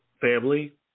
family